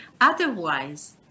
otherwise